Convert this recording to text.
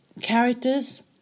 characters